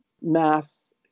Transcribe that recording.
mass